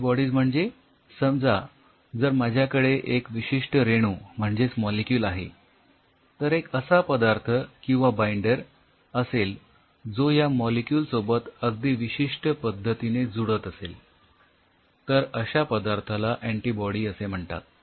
antibodies म्हणजे समजा जर माझ्याकडे एक विशिष्ठ रेणू म्हणजेच मॉलिक्यूल आहे तर एक असा पदार्थ किंवा बाईंडर असेल जो या मॉलिक्यूलसोबत अगदी विशिष्ठ पद्धतीने जुडत असेल तर अश्या पदार्थाला अँटोबॉडी असे म्हणतात